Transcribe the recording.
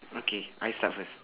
okay I start first